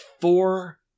four